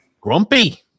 Grumpy